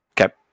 Okay